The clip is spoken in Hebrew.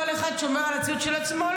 כל אחד שומר על הציוד של עצמו.